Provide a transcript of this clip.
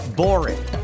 boring